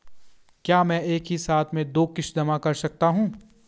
क्या मैं एक ही साथ में दो किश्त जमा कर सकता हूँ?